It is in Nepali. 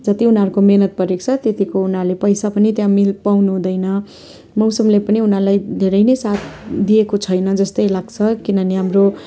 जति उनीहरूको मिहिनेत परेको छ त्यतिको उनीहरूले पैसा पनि त्यहाँ मिल पाउनु हुँदैन मौसमले पनि उनीहरूलाई धेरै नै साथ दिएको छैन जस्तै लाग्छ किनभने हाम्रो